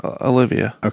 olivia